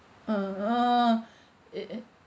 err it uh